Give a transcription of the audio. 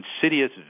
insidious